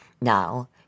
Now